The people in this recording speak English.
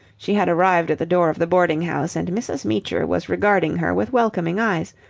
she had arrived at the door of the boarding-house, and mrs. meecher was regarding her with welcoming eyes,